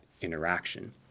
interaction